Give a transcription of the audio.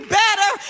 better